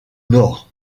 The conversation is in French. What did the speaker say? nord